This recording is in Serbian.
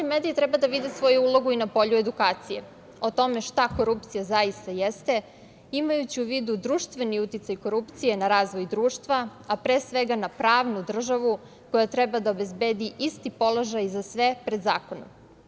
Mediji treba da vide svoju ulogu i na polju edukacije o tome šta korupcija zaista jeste, imajući u vidu društveni uticaj korupcije na razvoj društva, a pre svega na pravnu državu koja treba da obezbedi isti položaj za sve pred zakonom.